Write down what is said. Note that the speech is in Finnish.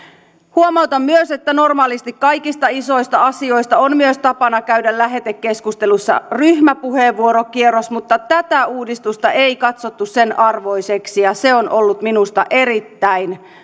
huomautan myös että normaalisti kaikista isoista asioista on myös tapana käydä lähetekeskustelussa ryhmäpuheenvuorokierros mutta tätä uudistusta ei katsottu sen arvoiseksi ja se on ollut minusta erittäin